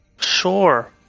Sure